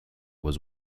was